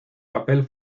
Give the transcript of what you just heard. papel